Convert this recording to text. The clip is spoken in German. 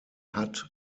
hat